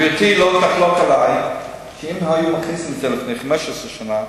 גברתי לא תחלוק עלי שאם היו מכניסים את זה לפני 15 שנה,